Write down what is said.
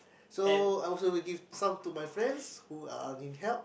so I will also give some to my friends who are in help